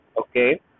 okay